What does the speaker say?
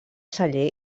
celler